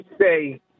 say